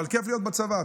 אבל כיף להיות בצבא,